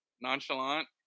nonchalant